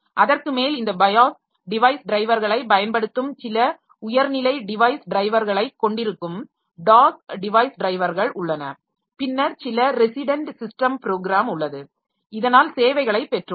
அதற்கு மேல் இந்த bios டிவைஸ் டிரைவர்களைப் பயன்படுத்தும் சில உயர்நிலை டிவைஸ் டிரைவர்களைக் கொண்டிருக்கும் டாஸ் டிவைஸ் டிரைவர்கள் உள்ளன பின்னர் சில ரெசிடெண்ட் ஸிஸ்டம் ப்ரோக்ராம் உள்ளது இதனால் சேவைகளைப் பெற்றுள்ளோம்